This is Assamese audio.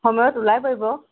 সময়ত ওলাই পৰিব